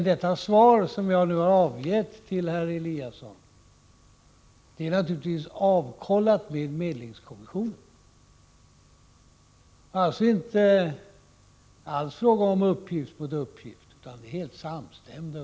Det svar som jag nu har avgett till herr Eliasson är naturligtvis avstämt med medlingskommissionen. Det är alltså inte alls fråga om att uppgift står mot uppgift, utan uppgifterna är helt samstämda.